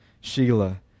Sheila